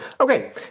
Okay